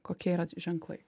kokie yra ti ženklai